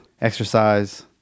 exercise